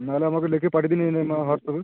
নাহলে আমাকে লিখে পাঠিয়ে দিন আমার হোয়াটসঅ্যাপে